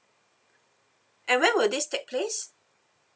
and when will this take place